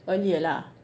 earlier lah